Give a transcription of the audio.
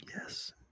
Yes